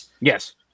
Yes